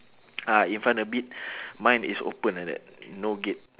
ah in front a bit mine is open like that no gate